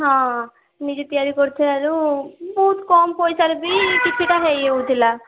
ହଁ ନିଜେ ତିଆରି କରଥିବାରୁ ବହୁତ କମ୍ ପଇସାରେ ବି କିଛିଟା ହେଇଯାଉଥିଲା